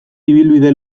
ibilbide